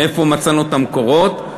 מאיפה מצאנו את המקורות.